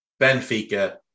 Benfica